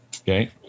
Okay